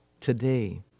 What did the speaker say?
today